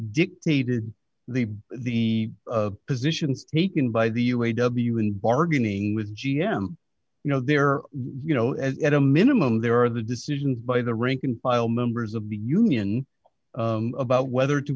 dictated the the positions taken by the u a w in bargaining with g m you know there are you know at a minimum there are the decisions by the rank and file members of the union about whether to